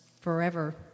forever